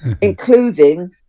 including